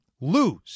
lose